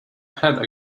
head